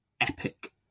Epic